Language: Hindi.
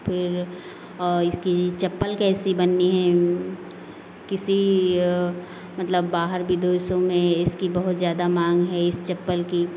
फिर इसकी चप्पल कैसी बनी है किसी मतलब बाहर विदेशों में इसकी बहुत ज़्यादा मांग है इसकी चप्पल की